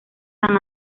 san